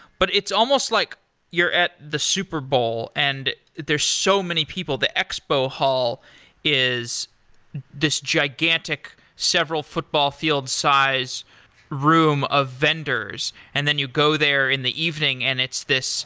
but it's almost like you're at the super bowl and there's so many people, the expo hall is this gigantic several football field size room of vendors, and then you go there in the evening and it's this